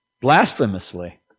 blasphemously